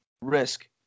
Risk